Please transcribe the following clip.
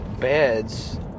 beds